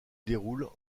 déroulent